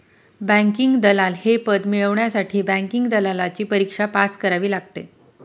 banking दलाल हे पद मिळवण्यासाठी बँकिंग दलालची परीक्षा पास करावी लागते